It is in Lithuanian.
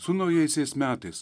su naujaisiais metais